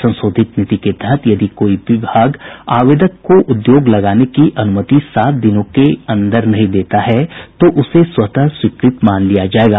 संशोधित नीति के तहत यदि कोई विभाग आवेदक को उद्योग लगाने की अनुमति सात दिनों के भीतर नहीं देता है तो उसे स्वतः स्वीकृत मान लिया जायेगा